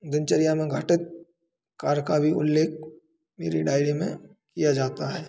दिनचर्या में घटित कार्य का भी उल्लेख मेरी डायरी में किया जाता है